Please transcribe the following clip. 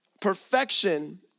Perfection